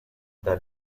the